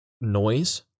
noise